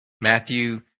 Matthew